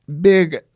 big